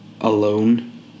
alone